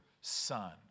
son